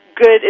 good